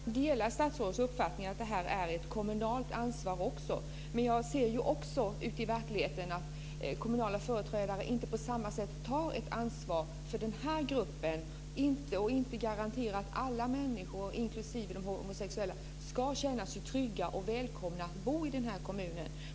Herr talman! Jag delar statsrådets uppfattning att det här också är ett kommunalt ansvar, men jag ser ute i verkligheten att kommunala företrädare inte tar ett ansvar för den här gruppen på samma sätt. De garanterar inte att alla människor inklusive de homosexuella ska känna sig trygga och välkomna att bo i kommunen.